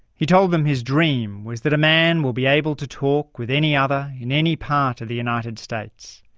he told them his dream was that a man will be able to talk with any other in any part of the united states.